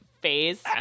face